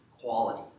quality